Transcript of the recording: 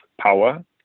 power